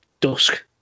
dusk